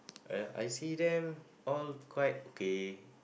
uh I see them all quite okay